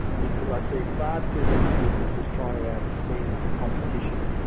because i see far too many businesses trying to add spin with a competition.